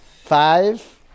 Five